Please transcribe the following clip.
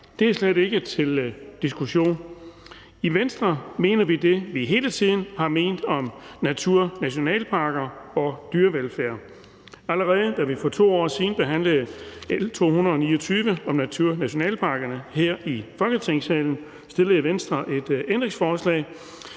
Det er slet ikke til diskussion. I Venstre mener vi det, vi hele tiden har ment om naturnationalparker og dyrevelfærd. Allerede da vi for 2 år siden behandlede L 229 om naturnationalparkerne her i Folketingssalen, stillede Venstre et ændringsforslag,